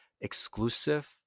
exclusive